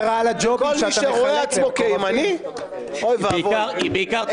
מיקי, אולי היא תהיה רעה לך.